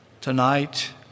Tonight